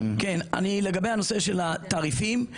הנושא של התעריפים,